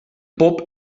pop